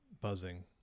buzzing